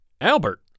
Albert